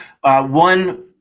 one